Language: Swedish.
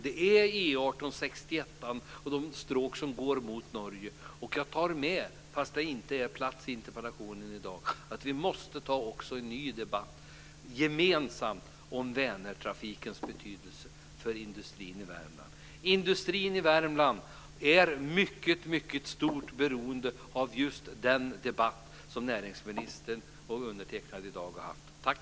Det är E 18, väg 61 och de stråk som går mot Norge. Fast det inte finns med i interpellationen i dag, tar jag med att vi också måste föra en ny gemensam debatt om Industrin i Värmland är mycket beroende av just den debatt som näringsministern och undertecknad har haft i dag.